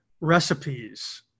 recipes